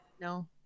no